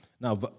Now